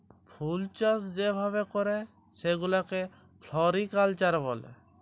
ফুলচাষ যে ভাবে ক্যরে সেগুলাকে ফ্লরিকালচার ব্যলে